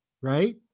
right